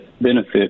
benefit